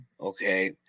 okay